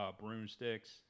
Broomsticks